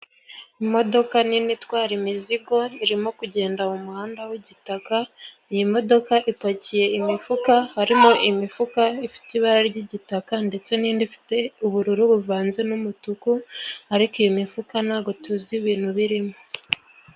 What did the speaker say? Imodoka nini itwara imizigo, irimo kugenda mu muhanda w'igitaka, iyi modoka ipakiye imifuka, harimo imifuka ifite ibara ry'igitaka ndetse n'indi ifite ubururu buvanze n'umutuku, ariko iyo mifuka nta bwo tuzi ibintu birimo.